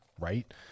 right